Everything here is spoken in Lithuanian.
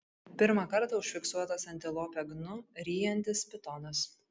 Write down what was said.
pirmą kartą užfiksuotas antilopę gnu ryjantis pitonas